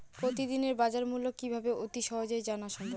প্রতিদিনের বাজারমূল্য কিভাবে অতি সহজেই জানা সম্ভব?